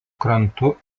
krantu